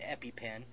EpiPen